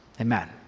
Amen